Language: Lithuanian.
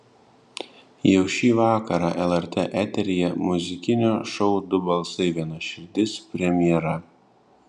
jau šį vakarą lrt eteryje muzikinio šou du balsai viena širdis premjera